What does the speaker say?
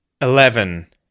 eleven